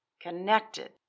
connected